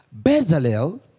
Bezalel